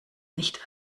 nicht